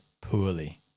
poorly